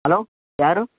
hello ಯಾರು